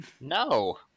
No